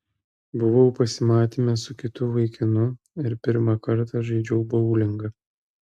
buvau pasimatyme su kitu vaikinu ir pirmą kartą žaidžiau boulingą